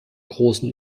großen